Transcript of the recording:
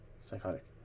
Psychotic